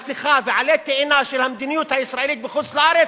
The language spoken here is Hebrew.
מסכה ועלה תאנה של המדיניות הישראלית בחוץ-לארץ,